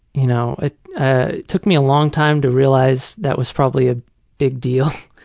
you know it ah took me a long time to realize that was probably a big deal.